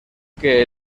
que